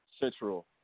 Central